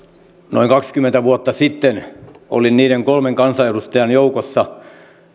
noin kaksikymmentä vuotta sitten olin niiden kolmen kansanedustajan joukossa